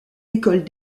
écoles